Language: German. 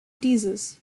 dieses